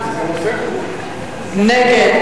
נגד,